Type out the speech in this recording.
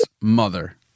mother